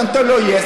אתה נותן לו יס,